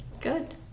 Good